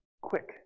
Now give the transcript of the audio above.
quick